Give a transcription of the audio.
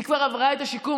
היא כבר עברה את השיקום,